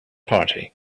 party